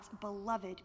beloved